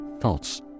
thoughts